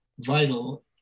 vital